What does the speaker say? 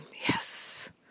Yes